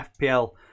FPL